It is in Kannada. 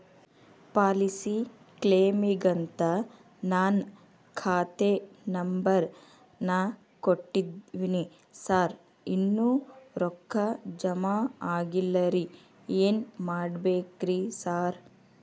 ಪಾಲಿಸಿ ಕ್ಲೇಮಿಗಂತ ನಾನ್ ಖಾತೆ ನಂಬರ್ ನಾ ಕೊಟ್ಟಿವಿನಿ ಸಾರ್ ಇನ್ನೂ ರೊಕ್ಕ ಜಮಾ ಆಗಿಲ್ಲರಿ ಏನ್ ಮಾಡ್ಬೇಕ್ರಿ ಸಾರ್?